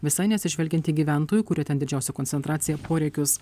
visai neatsižvelgiant į gyventojų kurie ten didžiausia koncentracija poreikius